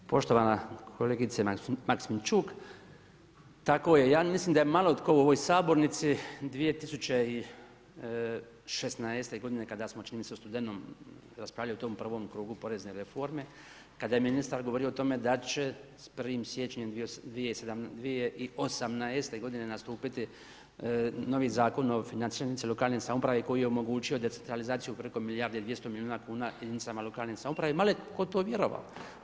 Poštovana kolegice Maksimčuk, tako je, ja mislim da je malo tko u ovoj sabornici 2016. g. kada smo čini mi se u studenom raspravljali o tom prvom krugu porezne reforme, kada je ministar govorio o tome da će s 1. siječnja 2018. g. nastupiti novi Zakon o financiranju jedinica lokalne samouprave koji je omogućio decentralizaciju preko milijarde i 200 milijuna kuna jedinicama lokalne samouprave i malo je tko tome vjerovao.